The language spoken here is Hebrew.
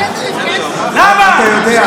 למה?